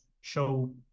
show